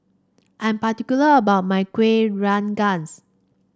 I'm particular about my Kuih Rengas